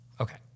Okay